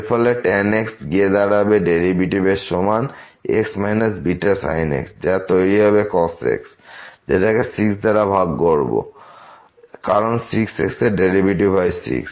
এর ফলে tan x গিয়ে দাঁড়াবে ডেরিভেটিভ এর সমান x β sin x যা তৈরি হবে cos x যেটাকে 6 দ্বারা ভাগ করব কারণ 6x এর ডেরিভেটিভ হয় 6